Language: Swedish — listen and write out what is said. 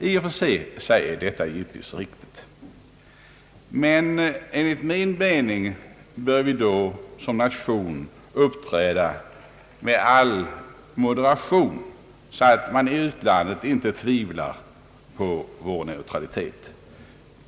I och för sig är detta givetvis riktigt, men enligt min mening bör vi då, som nation, uppträda med all moderation, så att man i utlandet inte tvivlar på vår neutralitet.